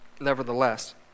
Nevertheless